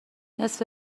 نصف